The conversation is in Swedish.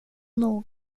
nog